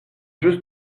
juste